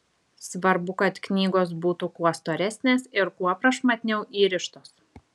svarbu kad knygos būtų kuo storesnės ir kuo prašmatniau įrištos